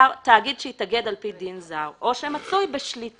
תאגיד שהתאגד על פי דין זר או שמצוי בשליטת